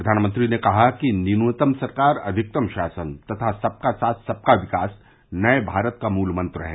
प्रघानमंत्री ने कहा कि न्यूनतम सरकार अधिकतम शासन तथा सबका साथ सबका विकास नये भारत का मूल मंत्र है